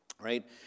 right